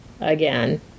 Again